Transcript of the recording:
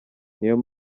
niyo